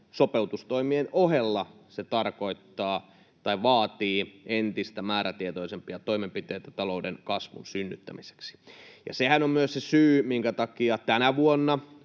sopeutustoimien ohella se vaatii entistä määrätietoisempia toimenpiteitä talouden kasvun synnyttämiseksi. Ja sehän on myös se syy, minkä takia tänä vuonna